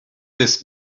this